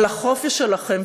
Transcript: על החופש שלכם.